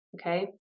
okay